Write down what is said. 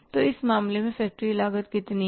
तो इस मामले में फ़ैक्टरी लागत कितनी है